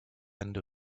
end